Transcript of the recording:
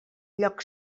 lloc